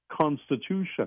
constitution